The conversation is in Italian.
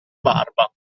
barba